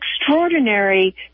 extraordinary